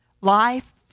Life